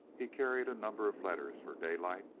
he carried a number of letters for daylight,